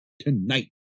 Tonight